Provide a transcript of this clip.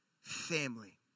family